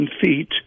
feet